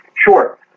Sure